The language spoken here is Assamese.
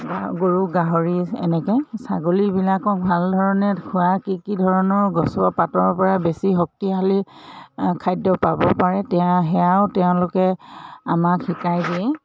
গৰু গাহৰি এনেকৈ ছাগলীবিলাকক ভাল ধৰণে খোৱা কি কি ধৰণৰ গছৰ পাতৰ পৰা বেছি শক্তিশালী খাদ্য পাব পাৰে তেওঁ সেয়াও তেওঁলোকে আমাক শিকাই দিয়ে